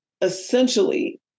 essentially